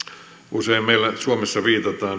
usein meillä suomessa viitataan